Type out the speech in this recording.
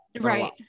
Right